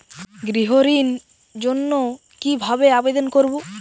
গৃহ ঋণ জন্য কি ভাবে আবেদন করব?